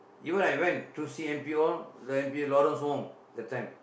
even I went to see M_P all the M_P Lawrence-Wong that time